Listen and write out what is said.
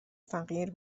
فقیر